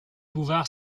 bouvard